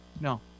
No